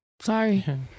Sorry